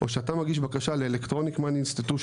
או כשאתה מגיש בקשה ל-electronic main institution,